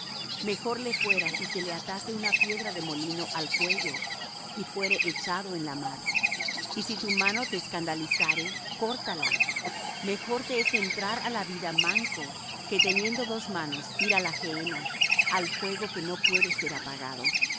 mejor le fuera si se le atase una piedra de molino al cuello y fuera echado en la mar y si tu mano te escandalizare córtala mejor te es entrar á la vida manco que teniendo dos manos ir á la gehenna al fuego que no puede ser apagado